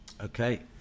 Okay